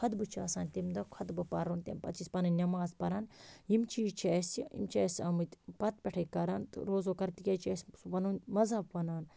خۄطبہ چھُ آسان تمہ دۄہہ خۄطبہ پَرُن تمہ پَتہٕ چھَس پَننۍ نماز پَران یِم چیٖز چھِ اَسہِ یِم چھِ اَسہِ آمٕتۍ پَتہٕ پٮ۪ٹھے کَران تہٕ روزو کَران تکیاز یہِ چھُ اَسہِ پَنُن مَذہَب وَنان